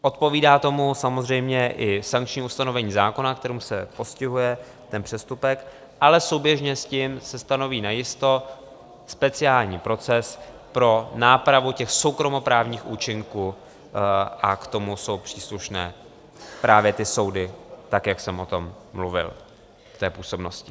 Odpovídá tomu samozřejmě i sankční ustanovení zákona, kterým se postihuje ten přestupek, ale souběžně s tím se stanoví najisto speciální proces pro nápravu těch soukromoprávních účinků a k tomu jsou příslušné právě ty soudy, tak jak jsem o tom mluvil v té působnosti.